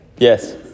Yes